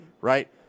right